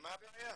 - ומה הבעיה?